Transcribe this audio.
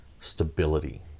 stability